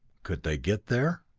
could they get there?